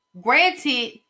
granted